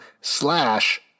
slash